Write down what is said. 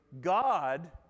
God